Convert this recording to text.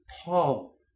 Paul